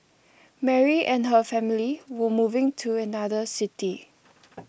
Mary and her family were moving to another city